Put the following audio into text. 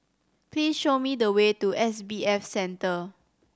please show me the way to S B F Center